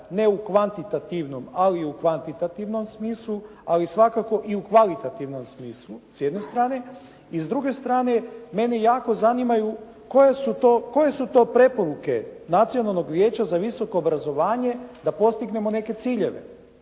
ne u kvantitativnom ali i u kvantitativnom smislu ali svakako i u kvalitativnom smislu s jedne strane i s druge strane mene jako zanimaju koja su to, koje su to preporuke Nacionalnog vijeća za visoko obrazovanje da postignemo neke ciljeve.